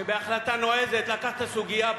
שבהחלטה נועזת לקח את הסוגיה,